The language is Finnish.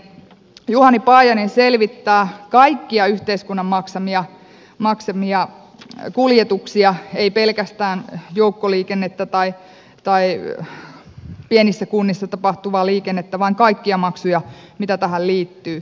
juhani paajanen selvittää kaikkia yhteiskunnan maksamia kuljetuksia ei pelkästään joukkoliikennettä tai pienissä kunnissa tapahtuvaa liikennettä vaan kaikkia maksuja mitä tähän liittyy